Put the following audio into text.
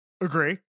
Agree